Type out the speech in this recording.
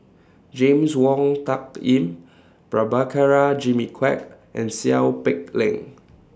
James Wong Tuck Yim Prabhakara Jimmy Quek and Seow Peck Leng